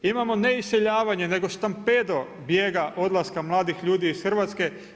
Imamo ne iseljavanje, nego stampedo bijega odlaska mladih ljudi ih Hrvatske.